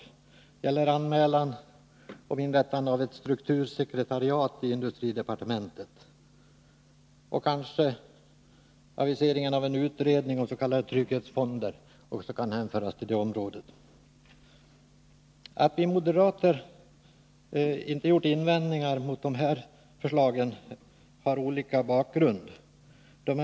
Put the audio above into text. Det gäller anmälan om inrättande av ett struktursekretariat i industridepartementet, och kanske aviseringen av en utredning om s.k. trygghetsfonder också kan hänföras till det området. Att vi moderater inte gjort invändningar mot dessa förslag har olika bakgrunder.